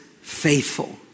faithful